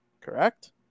correct